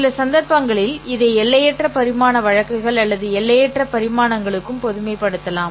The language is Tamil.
சில சந்தர்ப்பங்களில் இதை எல்லையற்ற பரிமாண வழக்குகள் அல்லது எல்லையற்ற பரிமாணங்களுக்கும் பொதுமைப்படுத்தலாம்